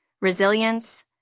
resilience